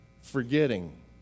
forgetting